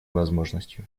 возможностью